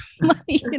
money